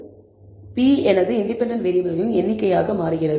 p எனது independent வேறியபிள்களின் எண்ணிக்கையாக மாறுகிறது